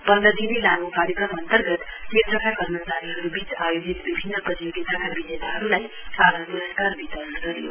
पन्ध दिने लामो कार्यक्रम अन्तर्गत केन्द्रका कर्मचारीहरुवीच आयोजित विभिन्न प्रतियोगिताका विजेताहरुलाई आज प्रस्कार वितरण गरियो